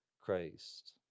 Christ